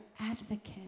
advocate